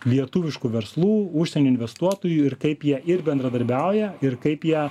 lietuviškų verslų užsienio investuotojų ir kaip jie ir bendradarbiauja ir kaip ją